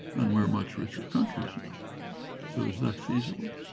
and we're much richer countries no so is that feasible